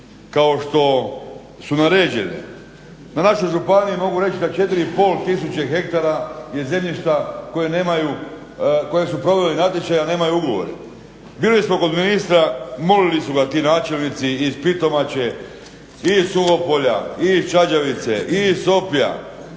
kao što su naređene. Na našoj županiji mogu reći da 4500 hektara je zemljišta koje su provele natječaj, a nemaju ugovore. Bili smo kod ministra, molili su ga ti načelnici iz Pitomače i iz Suhopolja i iz Čađavice i iz